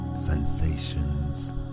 sensations